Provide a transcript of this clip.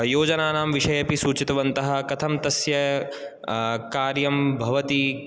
योजनानां विषयेऽपि सूचितवन्तः कथं तस्य कार्यं भवति